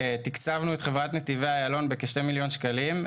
תקצבנו את חברת נתיבי איילון בסכום של כשני מיליון שקלים.